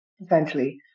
essentially